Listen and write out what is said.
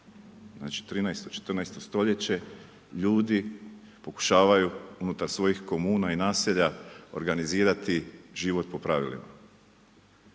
znači 13., 14. stoljeće ljudi pokušavaju unutar svojih komuna i naselja organizirati život po pravilima.